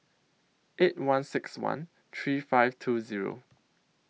eight one six one three five two Zero